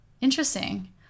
Interesting